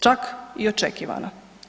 Čak i očekivana.